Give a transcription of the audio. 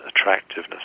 attractiveness